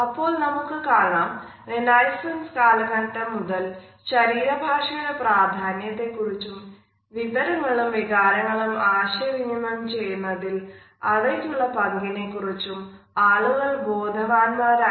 അപ്പോൾ നമുക്ക് കാണാം റെനൈസ്സൻസ് കാലഘട്ടം മുതൽ ശരീരഭാഷയുടെ പ്രാധാന്യത്തെ കുറിച്ചുo വിവരങ്ങളും വികാരങ്ങളും ആശയവിനിമയം ചെയ്യുന്നതിൽ അവയ്ക്കുള്ള പങ്കിനെക്കുറിച്ചും ആളുകൾ ബോധവാന്മാരായിരുന്നു